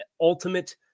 ultimate